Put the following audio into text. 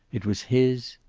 it was his,